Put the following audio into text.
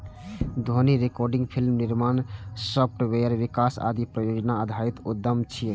ध्वनि recording, film निर्माण, software विकास आदि परियोजना आधारित उद्यम छियै